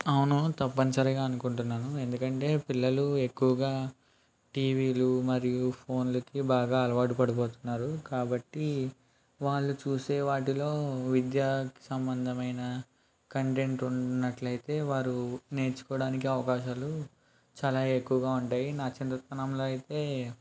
అవును తప్పనిసరిగా అనుకుంటున్నాను ఎందుకంటే పిల్లలు ఎక్కువగా టీవీలు మరియు ఫోన్లకి బాగా అలవాటు పడిపోతున్నారు కాబట్టి వాళ్ళు చూసే వాటిలో విద్యా సంబంధమైన కంటెంట్ ఉన్నట్లయితే వారు నేర్చుకోవడానికి అవకాశాలు చాలా ఎక్కువగా ఉంటాయి నా చిన్నతనంలో అయితే